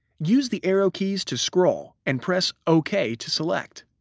use the arrow keys to scroll and press ok to select.